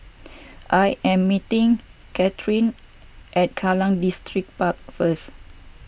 I am meeting Katheryn at Kallang Distripark first